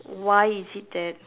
why is it that